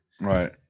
Right